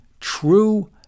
true